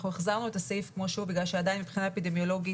אנחנו החזרנו את הסעיף כמו שהוא בגלל שעדיין מבחינה אפידמיולוגית